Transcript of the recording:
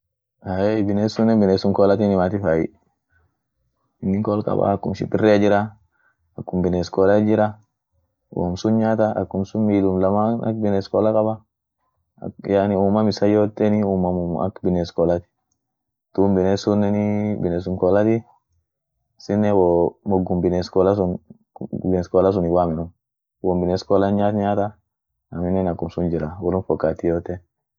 ahey biness sunnen binesum kolatin himati faii inin kool kaba akum shimpirea jira, akum biness koola jira, woom sun nyaata akumsun milum laman ak bines koola kaba, ak umam isan yooteni umamum ak bines koolat duum biness sunenii binessum koolati, issinen wo mugum biness koola sun biness koola sun sunin wamenu, wom bines koola nyaat nyaata aminen akumsun jira wolum fokati yoote.